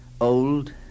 old